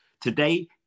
Today